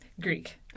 Greek